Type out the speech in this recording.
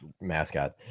mascot